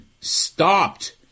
stopped